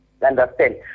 Understand